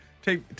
Take